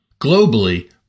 Globally